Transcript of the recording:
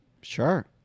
Sure